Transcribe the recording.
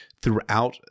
throughout